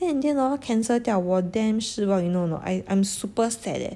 then in the end hor cancel 掉我 damn 失望 you know or not I'm super sad leh